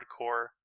Hardcore